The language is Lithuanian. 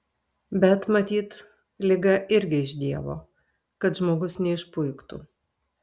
bet matyt liga irgi iš dievo kad žmogus neišpuiktų